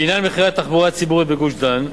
לעניין מחירי התחבורה הציבורית בגוש-דן,